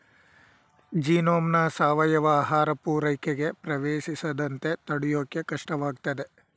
ಜೀನೋಮ್ನ ಸಾವಯವ ಆಹಾರ ಪೂರೈಕೆಗೆ ಪ್ರವೇಶಿಸದಂತೆ ತಡ್ಯೋಕೆ ಕಷ್ಟವಾಗ್ತದೆ